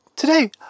Today